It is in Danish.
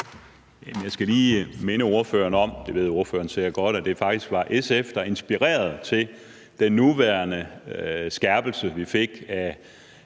Jeg skal lige minde ordføreren om, og det ved ordføreren sikkert godt, at det faktisk var SF, der inspirerede til den nuværende skærpelse, vi fik af